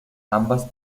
ambas